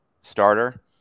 starter